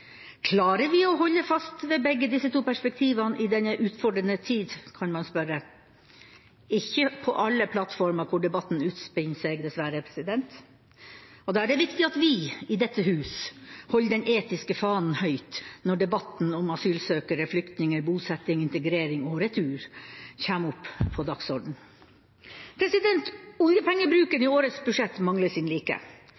Klarer vi å holde fast ved begge disse to perspektivene i denne utfordrende tid, kan man spørre? Ikke på alle plattformer hvor debatten utspinner seg, dessverre. Da er det viktig at vi i dette hus holder den etiske fanen høyt når debatten om asylsøkere, flyktninger, bosetting, integrering og retur kommer opp på dagsordenen. Oljepengebruk i årets budsjett mangler sin like.